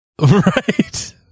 Right